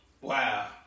Wow